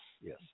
yes